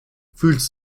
fühlst